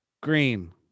Green